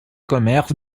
commerces